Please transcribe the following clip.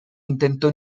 intentó